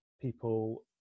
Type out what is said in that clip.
people